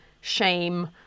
shame